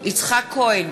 יצחק כהן,